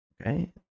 Okay